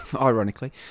ironically